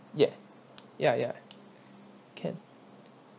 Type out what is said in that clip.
ya ya ya can